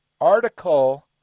article